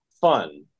fun